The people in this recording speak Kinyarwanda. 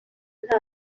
nta